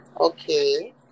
okay